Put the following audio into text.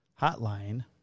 hotline